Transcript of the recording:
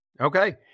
Okay